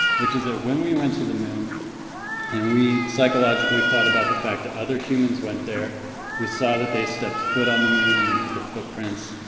which is that when we went to the moon and we psychologically thought about the fact that other humans went there we saw that they stepped foot on the moon and they put their footprints,